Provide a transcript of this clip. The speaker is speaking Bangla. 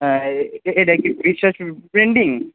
হ্যাঁ এটা কি তৃষা প্রিন্টিং